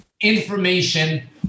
information